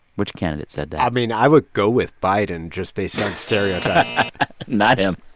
which candidate said that? i mean, i would go with biden, just based on stereotype not him